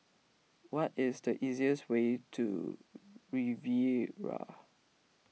what is the easiest way to Riviera